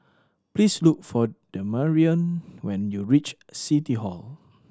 please look for Damarion when you reach City Hall